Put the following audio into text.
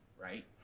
right